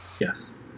Yes